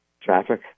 traffic